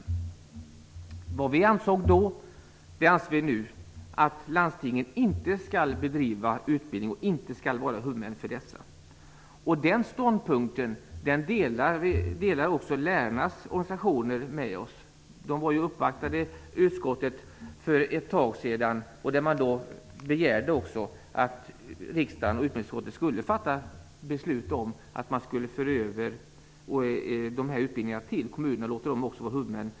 Det som vi ansåg då anser vi nu, nämligen att landstingen inte skall bedriva utbildning eller vara huvudmän. Den ståndpunkten delar också lärarnas organisationer. De uppvaktade utskottet för ett tag sedan och begärde att riksdagen skulle fatta beslut om att dessa utbildningar skall föras över till kommunerna och att kommunerna skall vara huvudmän.